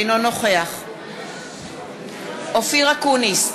אינו נוכח אופיר אקוניס,